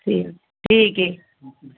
ਠੀਕ ਠੀਕ ਏ